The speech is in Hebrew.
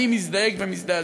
אני מזדעק ומזדעזע.